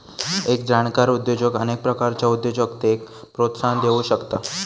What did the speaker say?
एक जाणकार उद्योजक अनेक प्रकारच्या उद्योजकतेक प्रोत्साहन देउ शकता